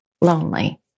lonely